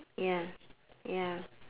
ya ya